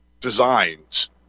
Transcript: designs